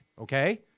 Okay